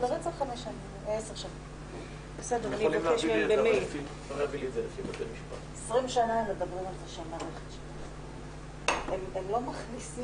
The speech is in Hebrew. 12:05.